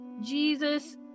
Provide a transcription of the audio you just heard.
jesus